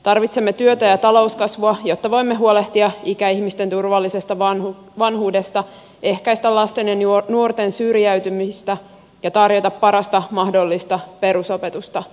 tarvitsemme työtä ja talouskasvua jotta voimme huolehtia ikäihmisten turvallisesta vanhuudesta ehkäistä lasten ja nuorten syrjäytymistä ja tarjota parasta mahdollista perusopetusta